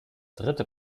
dritte